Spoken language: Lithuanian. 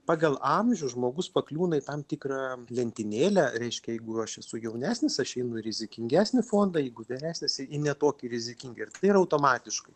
pagal amžių žmogus pakliūna į tam tikrą lentynėlę reiškia jeigu aš esu jaunesnis aš einu į rizikingesnį fondą jeigu vyresnis į ne tokį rizikingą ir tai yra automatiškai